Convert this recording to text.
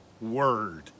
word